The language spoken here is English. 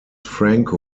franco